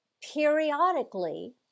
periodically